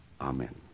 Amen